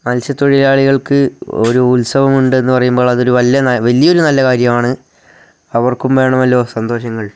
മത്സ്യ തൊഴിലാളികൾക്ക് ഒരു ഉത്സവമുണ്ടെന്ന് പറയുമ്പോൾ അതൊരു വലിയ ഒരു നല്ല കാര്യമാണ് അവർക്കും വേണമല്ലോ സന്തോഷങ്ങൾ